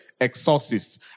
exorcists